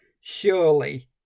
surely